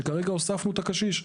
שכרגע הוספנו את הקשיש.